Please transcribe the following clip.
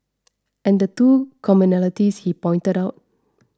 and the two commonalities he pointed out